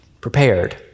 prepared